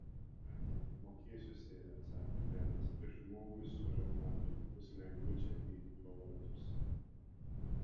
aje mokėsiu sere atsakė benas ir žmogui su reumatu bus lengviau čia ateiti pro vartus